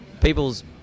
people's